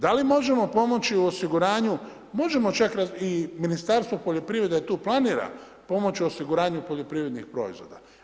Da li možemo pomoći u osiguranju, možemo čak i Ministarstvo poljoprivrede tu planira pomoći osiguranju poljoprivrednih proizvoda.